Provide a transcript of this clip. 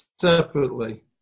separately